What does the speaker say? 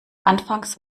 anfangs